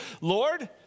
Lord